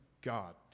God